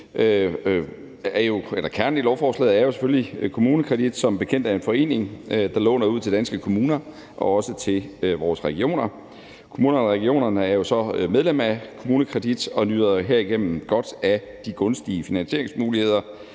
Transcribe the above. er jo selvfølgelig KommuneKredit, der som bekendt er en forening, der låner ud til danske kommuner og også til vores regioner. Kommunerne og regionerne er jo så medlem af KommuneKredit og nyder herigennem godt af de gunstige finansieringsmuligheder,